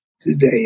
today